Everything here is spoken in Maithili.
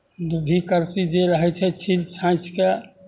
दूधी करछी जे रहै छै छील चाँछि कऽ